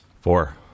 Four